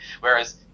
Whereas